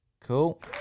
Cool